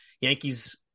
yankees